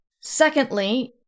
secondly